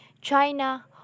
China